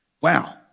wow